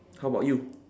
how about you